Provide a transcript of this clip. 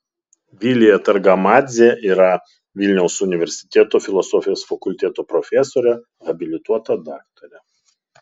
vilija targamadzė yra vilniaus universiteto filosofijos fakulteto profesorė habilituota daktarė